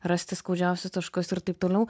rasti skaudžiausius taškus ir taip toliau